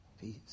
peace